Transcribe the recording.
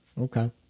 Okay